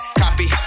copy